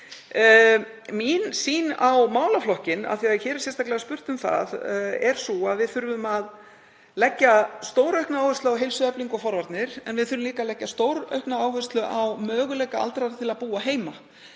Mín sýn á málaflokkinn, af því að hér er sérstaklega spurt um það, er sú að við þurfum að leggja stóraukna áherslu á heilsueflingu og forvarnir. En við þurfum líka að leggja stóraukna áherslu á möguleika aldraðra til að búa heima.